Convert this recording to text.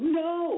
no